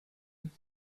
fais